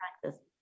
practice